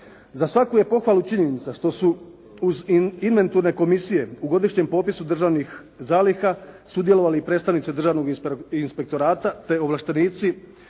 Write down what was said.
Za svaku je pohvalu činjenica što su uz inventurne komisije u godišnjem popisu državnih zaliha sudjelovali i predstavnici državnog inspektorata te ovlaštenici,